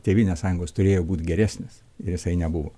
tėvynės sąjungos turėjo būt geresnis ir jisai nebuvo